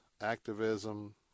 activism